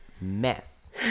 mess